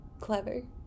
clever